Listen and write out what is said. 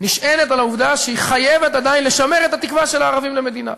נשענת על העובדה שהיא עדיין חייבת לשמר את התקווה של הערבים למדינה.